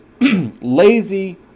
lazy